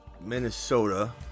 Minnesota